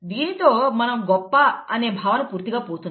దీనితో మనం గొప్ప అనే భావన పూర్తిగా పోతుంది